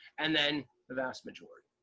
and then the vast majority.